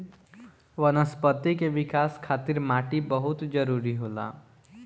वनस्पति के विकाश खातिर माटी बहुत जरुरी होला